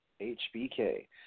HBK